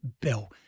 Bell